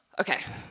Okay